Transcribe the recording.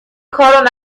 کارو